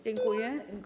Dziękuję.